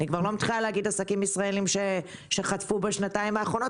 אני כבר לא מדברת על עסקים ישראלים שחטפו בשנתיים האחרונות,